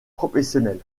professionnelle